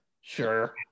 Sure